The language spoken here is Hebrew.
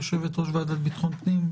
יושבת-ראש ועדת ביטחון הפנים,